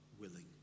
willing